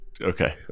Okay